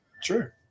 Sure